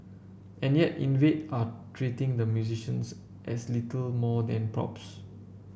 and yet Invade are treating the musicians as little more than props